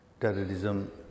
terrorism